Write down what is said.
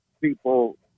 people